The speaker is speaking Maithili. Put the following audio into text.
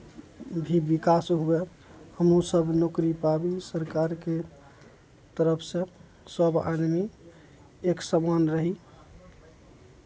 भी विकास हुए हमहूँसभ नौकरी पाबी सरकारके तरफसँ सभ आदमी एक समान रही